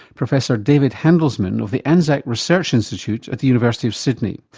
professor david handelsman of the anzac research institute at the university of sydney.